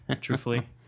truthfully